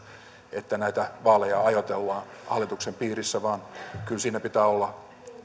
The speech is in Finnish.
että vaaleja ajoitellaan hallituksen piirissä vaan kyllä siinä päätöksenteossa pitää olla